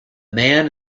man